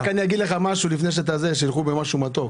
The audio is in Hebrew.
היום הקצר בשנה הסתיים גם אצלנו.